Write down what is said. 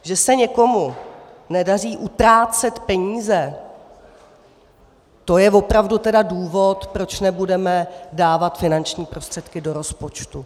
Že se někomu nedaří utrácet peníze, to je opravdu tedy důvod, proč nebudeme dávat finanční prostředky do rozpočtu.